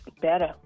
better